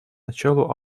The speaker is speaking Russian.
началу